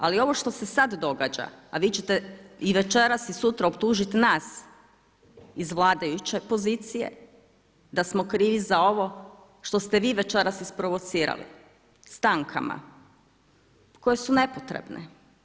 Ali ovo što se sad događa, a vi ćete i večeras i sutra optužiti nas iz vladajuće pozicije da smo krivi za ovo što ste vi večeras isprovocirali stankama koje su nepotrebne.